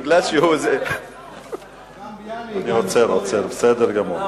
אני עוצר, בסדר גמור.